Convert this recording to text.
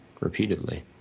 repeatedly